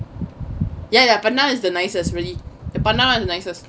ya ya pandan is the nicest really the pandan nicest